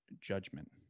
judgment